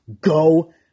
go